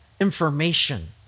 information